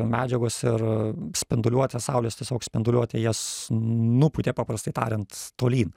medžiagos ir spinduliuotė saulės tiesiog spinduliuotė jas nupūtė paprastai tariant tolyn